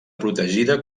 protegida